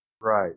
Right